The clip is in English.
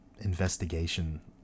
investigation